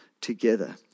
together